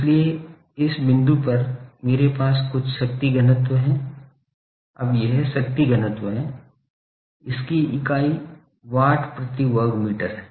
इसलिए इस बिंदु पर मेरे पास कुछ शक्ति घनत्व है अब यह शक्ति घनत्व है इसकी इकाई वाट प्रति वर्ग मीटर है